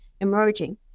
emerging